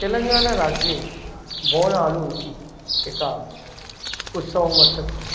तेलङ्गानाराज्ये बोनाळु इति एकं उस्सवं वर्तते